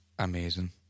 Amazing